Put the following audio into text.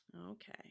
Okay